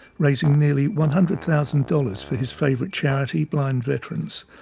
raising nearly one hundred thousand dollars for his favourite charity, blind veterans.